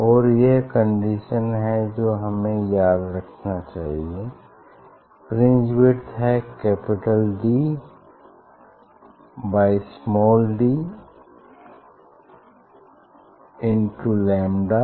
और यह कंडीशन है जो हमें याद रखना चाहिए फ्रिंज विड्थ है capital D by small D into lambda